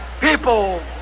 people